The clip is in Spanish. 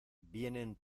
vienen